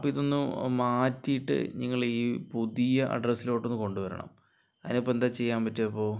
അപ്പോൾ ഇതൊന്ന് മാറ്റിയിട്ട് നിങ്ങളീ പുതിയ അഡ്രസ്സിലോട്ട് ഒന്ന് കൊണ്ടുവരണം അതിനിപ്പോന്താ ചെയ്യാൻ പറ്റുക ഇപ്പോൾ